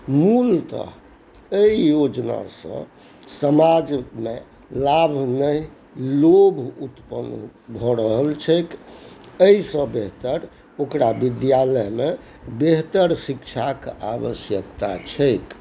मूलतः एहि योजनासँ समाजमे लाभ नहि लोभ उत्पन्न भऽ रहल छैक एहिसँ बेहतर ओकरा विद्यालयमे बेहतर शिक्षाके आवश्यकता छैक